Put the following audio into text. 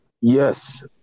Yes